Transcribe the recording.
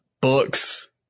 books